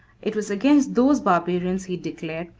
it was against those barbarians, he declared,